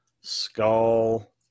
skull